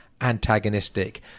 antagonistic